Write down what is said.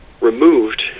removed